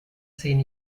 zehn